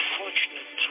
fortunate